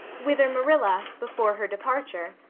whither marilla, before her departure,